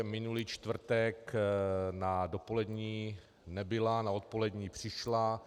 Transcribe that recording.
Minulý čtvrtek na dopolední nebyla, na odpolední přišla.